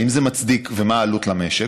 האם זה מצדיק ומהי העלות למשק.